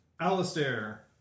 Alistair